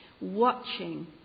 watching